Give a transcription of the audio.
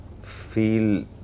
feel